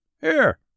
Here